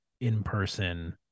in-person